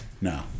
No